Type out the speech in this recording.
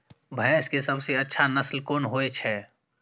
भैंस के सबसे अच्छा नस्ल कोन होय छे?